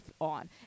on